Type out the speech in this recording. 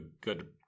good